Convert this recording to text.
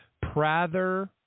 prather